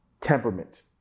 temperament